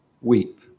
weep